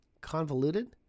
Convoluted